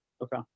Okay